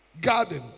garden